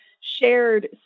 shared